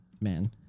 man